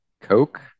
Coke